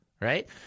Right